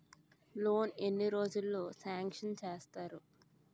Loan ఎన్ని రోజుల్లో sanction చేస్తారు?